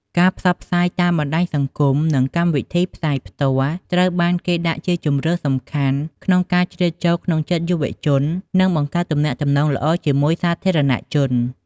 ការផ្សព្វផ្សាយតាមបណ្តាញសង្គម និងកម្មវិធីផ្សាយផ្ទាល់ ត្រូវបានគេដាក់ជាជម្រើសសំខាន់ក្នុងការជ្រៀតចូលក្នុងចិត្តយុវជន និងបង្កើតទំនាក់ទំនងល្អជាមួយសាធារណជន។